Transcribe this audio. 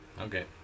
okay